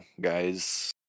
guys